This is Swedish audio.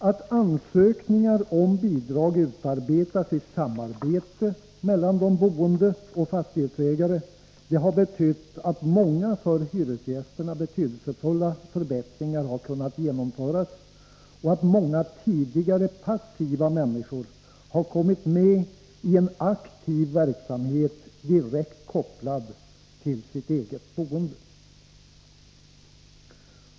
Att ansökningar om bidrag utarbetas i samarbete mellan de boende och fastighetsägaren har betytt att många för hyresgästerna betydelsefulla förbättringar har kunnat genomföras och att många tidigare passiva människor har kommit med i en aktiv verksamhet direkt kopplad till deras eget boende.